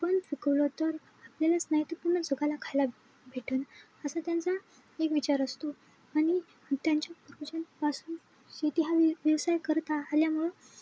आपण पिकवलं तर आपल्यालाच नाही तर पूर्ण जगाला खायला भेटंल असा त्यांचा एक विचार असतो आणि त्यांच्या पूर्वजांपासून शेती हा व व्यवसाय करता आल्यामुळं